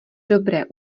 dobré